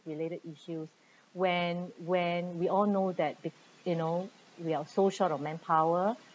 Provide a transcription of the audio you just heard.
related issues when when we all know that you know we are so short of manpower